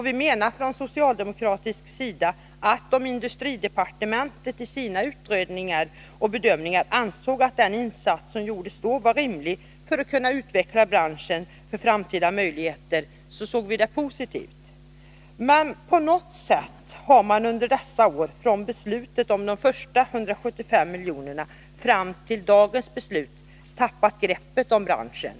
Vi menar från socialdemokratisk sida att det var positivt om industridepartementet i sina utredningar och bedömningar ansåg att den insats som gjordes då var rimlig för att kunna utveckla branschen när det gäller framtida möjligheter. Men på något sätt har man under dessa år, från beslutet om de första 175 miljonerna fram till dagens beslut, tappat greppet om branschen.